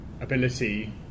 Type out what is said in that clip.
ability